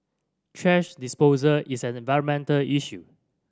thrash disposal is an environmental issue